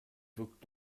wirkt